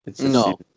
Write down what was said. No